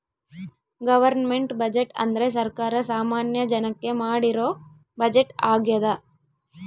government budget ಅಂದ್ರೆ ಸರ್ಕಾರ ಸಾಮಾನ್ಯ ಜನಕ್ಕೆ ಮಾಡಿರೋ ಬಜೆಟ್ ಆಗ್ಯದ